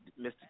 Mr